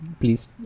please